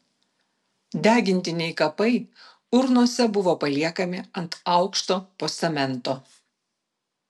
degintiniai kapai urnose buvo paliekami ant aukšto postamento